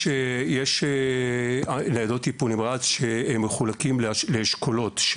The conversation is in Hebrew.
יש ניידות טיפול נמרץ שמחולקות לאשכולות.